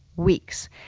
weeks,